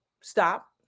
stop